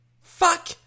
Fuck